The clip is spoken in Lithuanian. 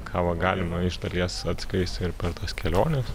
kavą galima iš dalies atsikaisti ir per tas keliones